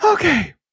okay